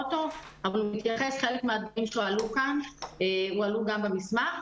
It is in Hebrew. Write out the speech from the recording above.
חלק מהדברים שהועלו כאן הועלו גם במסמך.